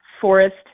forest